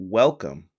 welcome